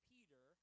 Peter